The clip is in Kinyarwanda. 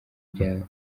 byawe